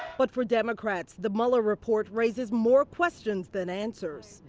but for democrats the mueller report raises more questions than answers.